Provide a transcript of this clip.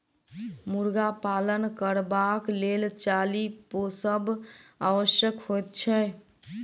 मुर्गा पालन करबाक लेल चाली पोसब आवश्यक होइत छै